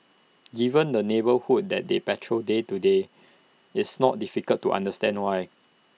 given the neighbourhood that they patrol day to day it's not difficult to understand why